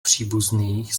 příbuzných